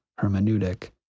hermeneutic